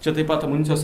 čia taip pat amunicijos